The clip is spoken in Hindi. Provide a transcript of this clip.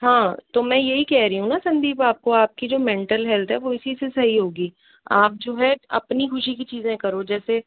हाँ तो मै यही कह रही हूँ ना संदीप आपको आपकी जो मेंटल हेल्थ है वो इसी से सही होगी आप जो है अपनी खुशी कि चीज़ें करो जैसे